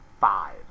five